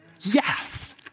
Yes